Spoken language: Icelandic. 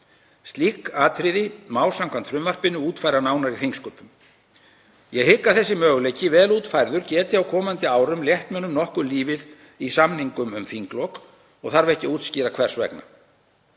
Slík atriði má samkvæmt frumvarpinu útfæra nánar í þingsköpum. Ég hygg að þessi möguleiki, vel útfærður, geti á komandi árum létt mönnum nokkuð lífið í samningum um þinglok og þarf ekki að útskýra hvers vegna.